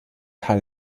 hall